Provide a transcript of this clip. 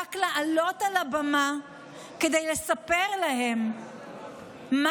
רק לעלות על הבמה כדי לספר מה קרה,